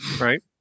Right